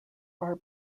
are